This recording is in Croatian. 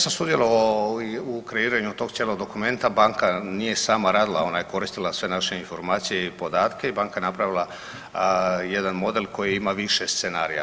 Da, ja sam sudjelovao u kreiranju tog cijelog dokumenta, banka nije sama radila ona je koristila sve naše informacije i podatke i banka je napravila jedan model koji ima više scenarija.